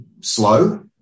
slow